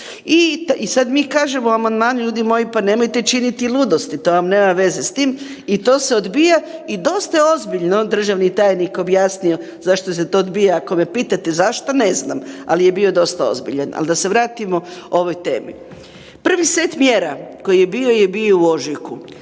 I sad mi kažemo amandman ljudi moji pa nemojte činiti ludosti, to vam nema veze s tim i to se odbija i dosta je ozbiljno državni tajnik objasnio zašto se to obija, ako me pitate zašto, ne znam, ali je bio dosta ozbiljan. Ali da se vratimo ovoj temi. Prvi set mjera koji je bio je bio u ožujku,